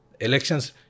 Elections